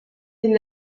die